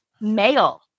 male